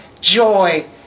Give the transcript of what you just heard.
joy